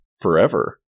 forever